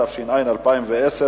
התש"ע 2010,